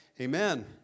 amen